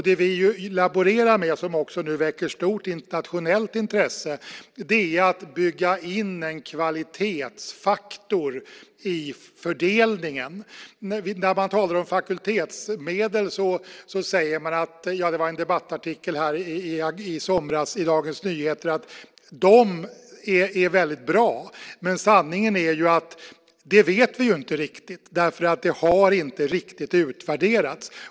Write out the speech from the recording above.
Det vi nu laborerar med och som också väcker stort internationellt intresse är att bygga in en kvalitetsfaktor i fördelningen. När man talar om fakultetsmedel säger man - jag tänker på vad som stod i en debattartikel i Dagens Nyheter i somras - att de är väldigt bra, men sanningen är faktiskt att vi inte riktigt vet det. Det har inte riktigt utvärderats.